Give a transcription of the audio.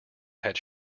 had